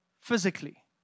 physically